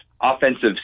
offensive